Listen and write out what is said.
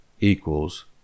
equals